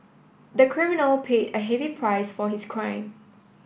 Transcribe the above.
the criminal paid a heavy price for his crime